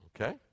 Okay